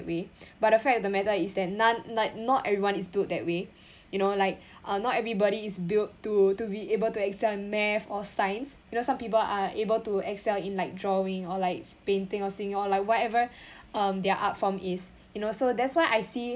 way but the fact of the matter is that none like not everyone is built that way you know like uh not everybody is built to to be able to excel in math or science you know some people are able to excel in like drawing or like painting or singing or like whatever um their art form is you know so that's why I see